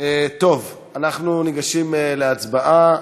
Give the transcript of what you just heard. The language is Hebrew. אנחנו ניגשים להצבעה.